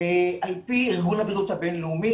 על פי ארגון הבריאות הבין-לאומי.